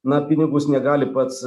na pinigus negali pats